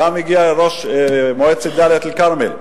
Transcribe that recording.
הגיע גם ראש מועצת דאלית-אל-כרמל,